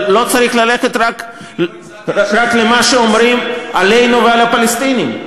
אבל לא צריך ללכת רק למה שאומרים עלינו ועל הפלסטינים,